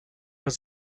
was